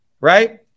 right